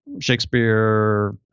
Shakespeare